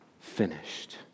finished